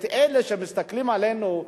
את אלה שמסתכלים עלינו,